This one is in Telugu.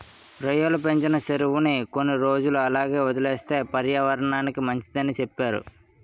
రొయ్యలు పెంచిన సెరువుని కొన్ని రోజులు అలాగే వదిలేస్తే పర్యావరనానికి మంచిదని సెప్తారు